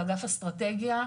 באגף אטרטגיה,